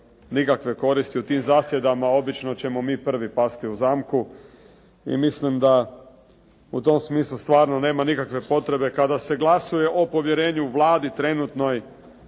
nikakve koristi u tim zasjedama. Obično ćemo mi prvi pasti u zamku i mislim da u tom smislu stvarno nema nikakve potrebe. Kada se glasuje o povjerenju Vladi trenutnoj